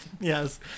Yes